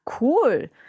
Cool